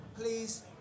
Please